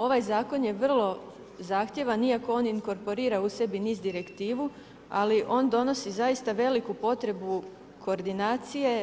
Ovaj Zakon je vrlo zahtjevan iako on inkorporira u sebi niz direktiva, ali on donosi zaista veliku potrebu koordinacije,